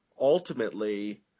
ultimately